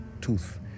tooth